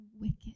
wicked